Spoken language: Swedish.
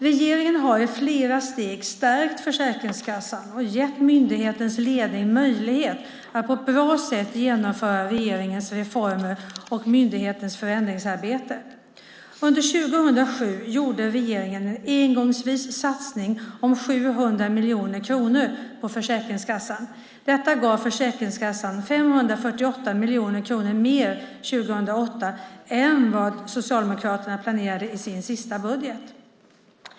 Regeringen har i flera steg stärkt Försäkringskassan och gett myndighetens ledning möjlighet att på ett bra sätt genomföra regeringens reformer och myndighetens förändringsarbete. Under 2007 gjorde regeringen en engångsvis satsning om 700 miljoner kronor på Försäkringskassan. Detta gav Försäkringskassan 548 miljoner kronor mer 2008 än vad Socialdemokraterna planerade i sin sista budget.